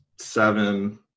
seven